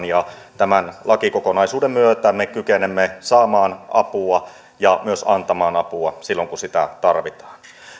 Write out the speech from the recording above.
ja tämän lakikokonaisuuden myötä me kykenemme saamaan apua ja myös antamaan apua silloin kun sitä tarvitaan